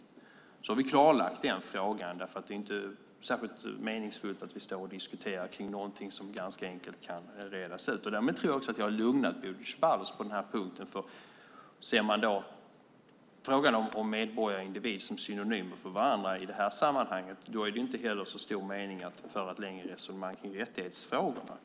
Genom detta har vi klarlagt den frågan. Det är inte särskilt meningsfullt att vi står och diskuterar något som ganska enkelt kan redas ut. Därigenom tror jag också att jag har lugnat Bodil Ceballos på denna punkt, för om man ser "medborgare" och "individ" som synonymer i detta sammanhang är det inte heller så stor mening att föra ett längre resonemang kring rättighetsfrågorna.